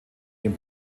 den